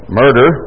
murder